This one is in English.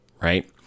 right